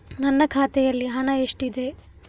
ನನ್ನ ಖಾತೆಯಲ್ಲಿ ಹಣ ಎಷ್ಟಿದೆ?